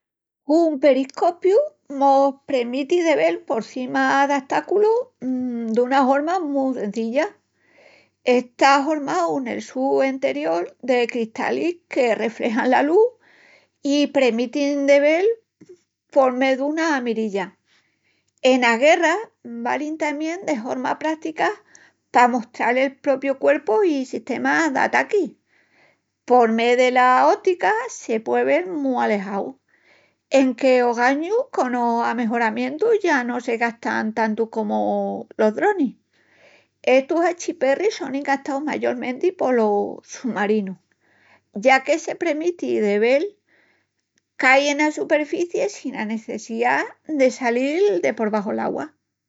Un periscopiu mos premiti de vel porcima d'astáculus duna horma mu cenzilla, está hormau nel su enteriol de cristalis que refrexan la lus i premitin de vel por mé duna mirilla. Enas guerras valin tamién de horma prática pa amostral el propiu cuerpu o sistema d'ataqui. Por mé dela ótica se pue vel mu alejau. Enque ogañu conos amejoramientus ya no se gastan tantu comu los dronis. Estus achiperris sonin gastaus mayolmenti polos sumarinus, ya que se premiti de vel qu'ai ena superficii sina necessiá de salil de porbaxu del augua.